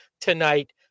tonight